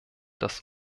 das